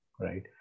right